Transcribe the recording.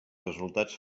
resultats